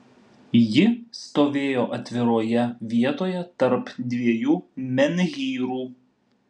ji stovėjo atviroje vietoje tarp dviejų menhyrų